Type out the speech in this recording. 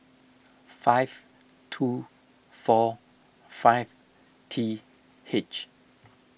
five two four five T H